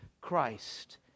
Christ